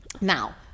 now